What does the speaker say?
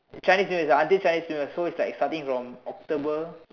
Chinese new year it's until Chinese new year so it's like starting from October